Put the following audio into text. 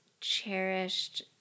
cherished